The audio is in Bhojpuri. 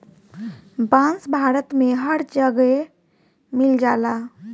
बांस भारत में हर जगे मिल जाला